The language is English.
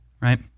right